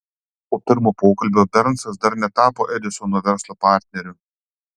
po pirmo pokalbio bernsas dar netapo edisono verslo partneriu